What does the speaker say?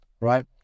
right